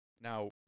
now